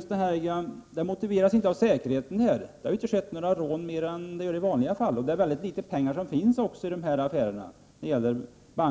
som ställs är inte motiverade av säkerhetsskäl. Det har inte begåtts fler rån i de här aktuella butikerna än vad som förekommer i vanliga fall. Det finns också mycket litet pengar i den bankverksamhet som affärerna bedriver.